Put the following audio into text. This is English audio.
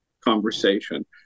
conversation